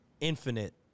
infinite